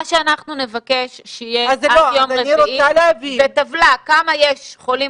מה שאנחנו נבקש שיהיה זו טבלה כמה יש חולים